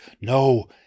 No